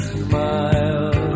smile